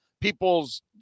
people's